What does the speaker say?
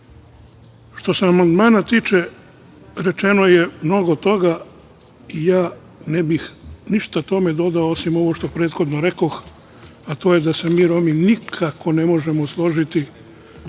se amandmana tiče, rečeno je mnogo toga i ja ne bih ništa tome dodao, osim što prethodno rekoh, a to je da se mi Romi nikako ne možemo složiti sa tim